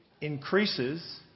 increases